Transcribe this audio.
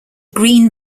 green